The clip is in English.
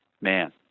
man